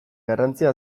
garrantzia